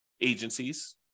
agencies